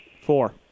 Four